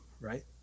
right